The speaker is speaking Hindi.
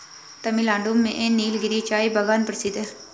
तमिलनाडु में नीलगिरी चाय बागान प्रसिद्ध है